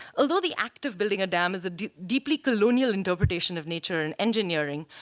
although the act of building a dam is a deeply colonial interpretation of nature and engineering,